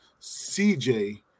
CJ